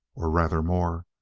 or rather more.